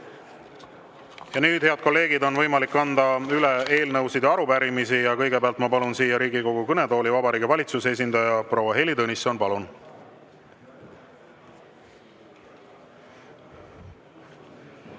Nüüd, head kolleegid, on võimalik anda üle eelnõusid ja arupärimisi. Kõigepealt ma palun siia Riigikogu kõnetooli Vabariigi Valitsuse esindaja proua Heili Tõnissoni. Palun!